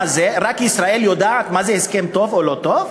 רק ישראל יודעת מה זה הסכם טוב או לא טוב?